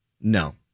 No